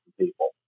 people